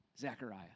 Zechariah